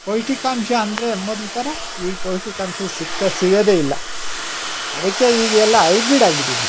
ಪೌಷ್ಟಿಕಾಂಶ ಅಂದರೆ ಮೊದಲ ಥರ ಈಗ ಪೌಷ್ಟಿಕಾಂಶ ಸಿಕ್ಕ ಸಿಗೋದೇ ಇಲ್ಲ ಅದಕ್ಕೆ ಈಗೆಲ್ಲ ಹೈಬ್ರಿಡ್ ಆಗಿಬಿಟ್ಟಿದೆ